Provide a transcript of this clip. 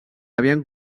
havien